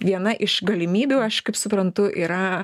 viena iš galimybių aš kaip suprantu yra